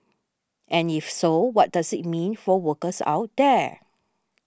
and if so what does it mean for workers out there